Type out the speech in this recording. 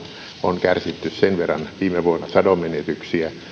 on kärsitty sen verran viime vuonna sadonmenetyksiä